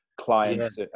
clients